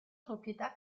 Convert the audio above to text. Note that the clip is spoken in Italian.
proprietà